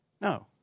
No